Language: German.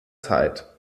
zeit